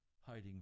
hiding